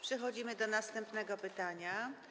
Przechodzimy do następnego pytania.